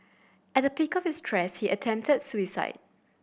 at the peak of his stress he attempted suicide